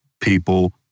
people